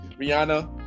Rihanna